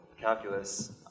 calculus